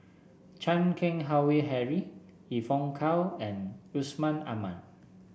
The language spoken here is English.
Chan Keng Howe Harry Evon Kow and Yusman Aman